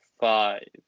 five